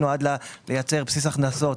לייצר בסיס הכנסות